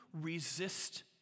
resist